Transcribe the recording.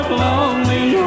lonely